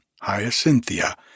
Hyacinthia